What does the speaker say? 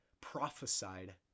prophesied